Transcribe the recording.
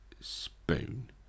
spoon